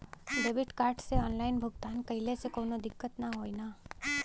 Debit card से online भुगतान कइले से काउनो दिक्कत ना होई न?